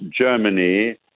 Germany